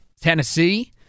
Tennessee